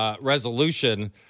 resolution